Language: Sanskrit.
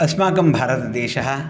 अस्माकं भारतदेशः